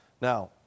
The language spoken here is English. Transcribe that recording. Now